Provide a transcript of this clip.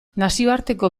nazioarteko